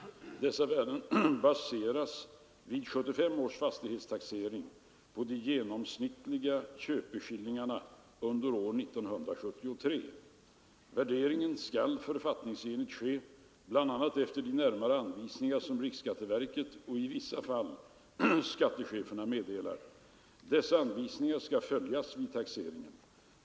Dessa värden baseras vid 1975 års fastighetstaxering på de genomsnittliga köpeskillingarna under år 1973. Värderingen skall författningsenligt ske bl.a. efter de närmare anvisningar som riksskatteverket och i vissa fall skattecheferna meddelar. Dessa anvisningar skall följas vid taxeringen.